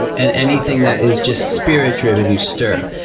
and anything that is just spirit-driven you stir.